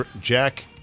Jack